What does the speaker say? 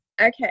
Okay